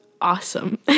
awesome